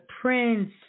Prince